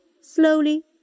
slowly